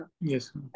Yes